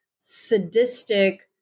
sadistic